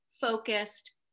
focused